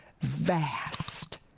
vast